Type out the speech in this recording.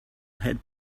had